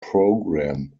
program